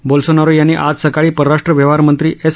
Bolsonaro यांनी आज सकाळी परराष्ट्र व्यवहारमंत्री एस